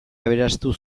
aberastu